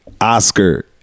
Oscar